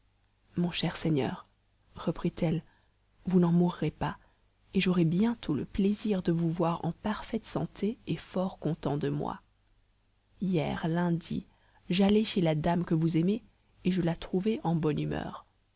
mon cher seigneur reprit-elle vous n'en mourrez pas et j'aurai bientôt le plaisir de vous voir en parfaite santé et fort content de moi hier lundi j'allai chez la dame que vous aimez et je la trouvai en bonne humeur